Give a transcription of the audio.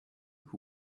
who